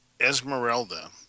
Esmeralda